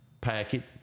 packet